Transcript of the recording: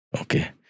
Okay